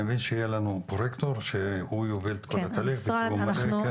אני מבין שיהיה לנו פרוייקטור שהוא יוביל את כל התהליך של המשרד.